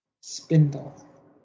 Spindle